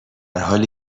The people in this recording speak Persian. حالی